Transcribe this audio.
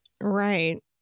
Right